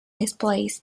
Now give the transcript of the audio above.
displays